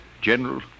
General